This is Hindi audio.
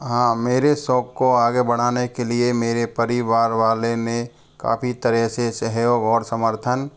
हाँ मेरे शौक को आगे बढ़ाने के लिए मेरे परिवार वालों ने काफ़ी तरह से सहयोग और समर्थन